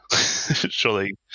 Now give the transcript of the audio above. Surely